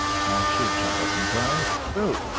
should jump up and cry, bo!